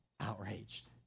outraged